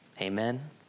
Amen